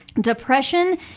depression